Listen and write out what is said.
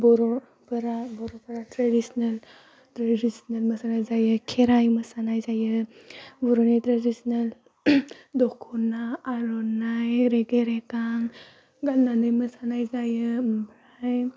बर'फोरा बर'फोरा थ्रेदिसनेल मोसानाय जायो खेराइ मोसानाय जायो बर'नि ट्रेदिसनेल दख'ना आर'नाइ रेगे रेगां गान्नानै मोसानाय जायो ओमफ्राय